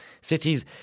Cities